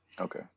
Okay